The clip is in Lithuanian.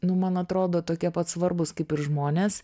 nu man atrodo tokie pat svarbūs kaip ir žmonės